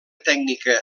tècnica